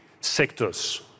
sectors